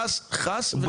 חס וחלילה.